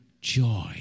Joy